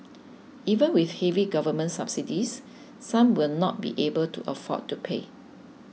even with heavy government subsidies some will not be able to afford to pay